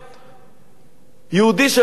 יהודי שרכש בית באעבלין,